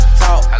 talk